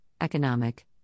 economic